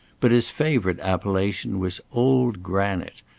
but his favourite appellation was old granite,